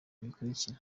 bikurikira